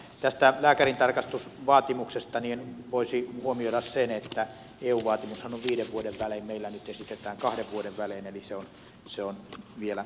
tästä lääkärintarkastusvaatimuksesta voisi huomioida sen että eun vaatimushan on että se on viiden vuoden välein ja meillä nyt esitetään että kahden vuoden välein eli se on vielä tiukempi